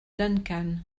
duncan